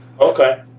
Okay